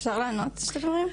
אפשר לענות לדברים?